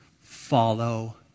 follow